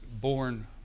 born